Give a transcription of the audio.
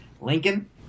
Lincoln